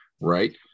right